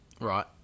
Right